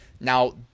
Now